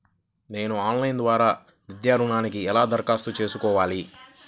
నేను ఆన్లైన్ ద్వారా విద్యా ఋణంకి ఎలా దరఖాస్తు చేసుకోవాలి?